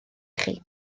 chi